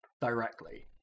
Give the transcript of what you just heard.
directly